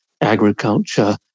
agriculture